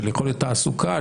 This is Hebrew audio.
של יכולת תעסוקה,